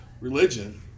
religion